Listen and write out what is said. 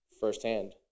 firsthand